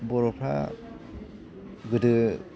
बरफ्रा गोदो